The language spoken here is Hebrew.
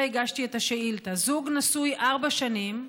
הגשתי את השאילתה: זוג נשוי ארבע שנים,